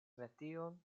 metion